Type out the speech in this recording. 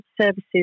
services